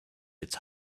its